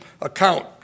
account